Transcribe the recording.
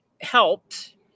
helped